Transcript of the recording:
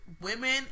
women